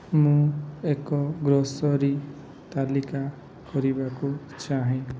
ମୁଁ ଏକ ଗ୍ରୋସରୀ ତାଲିକା କରିବାକୁ ଚାହେଁ